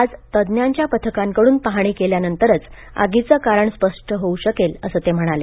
आज तज्ज्ञांच्या पथकांकडून पाहणी केल्यानंतरच आगीचे कारण स्पष्ट होऊ शकेल असे ते म्हणाले